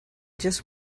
just